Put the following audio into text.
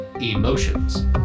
emotions